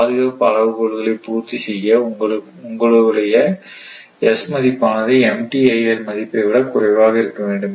பாதுகாப்பு அளவுகோல்களை பூர்த்தி செய்ய உங்களுடைய S மதிப்பானது MTIL மதிப்பை விட குறைவாக இருக்க வேண்டும்